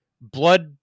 blood